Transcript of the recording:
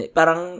parang